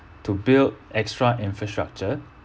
to build extra infrastructure